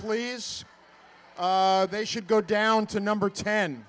please they should go down to number ten